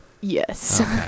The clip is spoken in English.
Yes